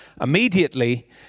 Immediately